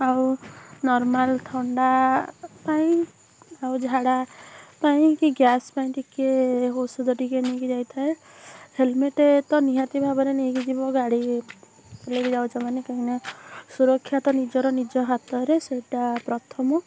ଆଉ ନର୍ମାଲ୍ ଥଣ୍ଡା ପାଇଁ ଆଉ ଝାଡ଼ା ପାଇଁ କି ଗ୍ୟାସ ପାଇଁ ଟିକେ ଔଷଧ ଟିକେ ନେଇକି ଯାଇଥାଏ ହେଲମେଟ୍ ତ ନିହାତି ଭାବରେ ନେଇକି ଯିବ ଗାଡ଼ି ଚଲାଇକି ଯାଉଚ ମାନେ କାହିଁକି ନା ସୁରକ୍ଷା ନିଜର ନିଜ ହାତରେ ସେଇଟା ପ୍ରଥମ